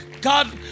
God